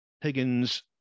Higgins